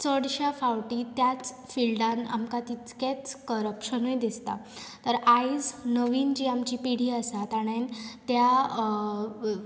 चडशां फावटीं त्याच फिल्डान आमकां तितकेंच करप्शनूय दिसतां तर आयज नवीन जी आमची पिढी आसा ताणें त्या